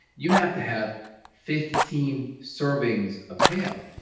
you have to have fifteen servings of kale.